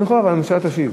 אין חובה, אבל הממשלה תשיב.